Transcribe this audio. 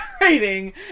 writing